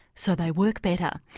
so they work better.